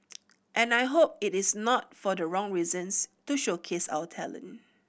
and I hope it is not for the wrong reasons to showcase our talent